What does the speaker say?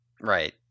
Right